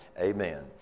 Amen